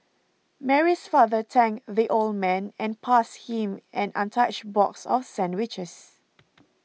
Mary's father thanked the old man and passed him an untouched box of sandwiches